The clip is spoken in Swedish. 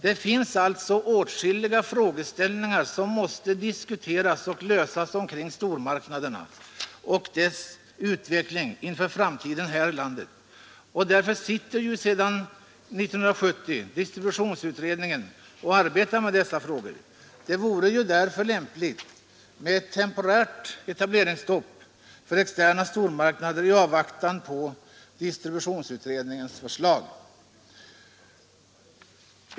Det finns alltså åtskilliga frågeställningar som måste diskuteras och lösas när det gäller stormarknaderna och deras utveckling i framtiden. Därför sitter ju sedan 1970 distributionsutredningen och arbetar med dessa frågor. Det vore därför lämpligt med ett temporärt etableringsstopp för externa stormarknader i avvaktan på distributionsutredningens förslag.